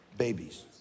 Babies